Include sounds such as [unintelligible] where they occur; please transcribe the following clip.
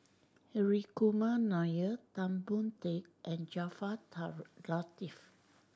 Hri Kumar Nair Tan Boon Teik and Jaafar [unintelligible] Latiff